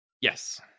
yes